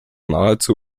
nahezu